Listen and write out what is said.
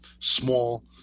small